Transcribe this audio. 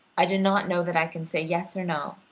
i do not know that i can say yes or no,